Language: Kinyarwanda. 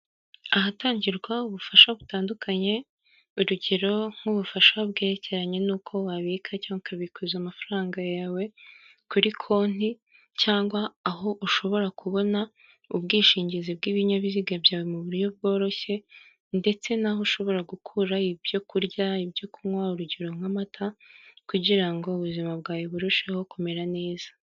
Ahatangirwa ubufasha butandukanye, urugero nk'ubufasha bwerekeranye n'uko wabika cyangwa ukabikuza amafaranga yawe, kuri konti cyangwa aho ushobora kubona ubwishingizi bw'ibinyabiziga byawe mu buryo bworoshye ndetse n'aho ushobora gukura ibyo kurya, ibyo kunywa urugero nk'amata kugira ngo ubuzima bwawe burusheho kumera neza.